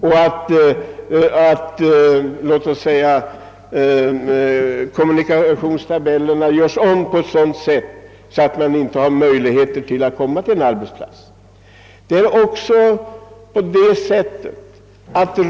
Trafiktabellerna får heller inte göras om på sådant sätt att det blir omöjligt för arbetarna att komma till arbetsplatsen i rätt tid.